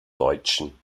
deutschen